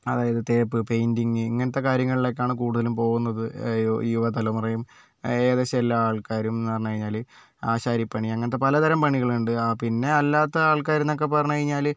അതായത് തേപ്പ് പേയിന്റിങ് ഇങ്ങനത്തെ കാര്യങ്ങളിലേക്കാണ് കൂടുതലും പോകുന്നത് യു യുവ തലമുറയും ഏകദേശം എല്ലാ ആൾക്കാരും എന്ന് പറഞ്ഞു കഴിഞ്ഞാൽ ആശാരിപ്പണി അങ്ങനത്തെ പലതരം പണികളുണ്ട് ആ പിന്നെ അല്ലാത്ത ആൾക്കാരുന്നൊക്കെ പറഞ്ഞു കഴിഞ്ഞാൽ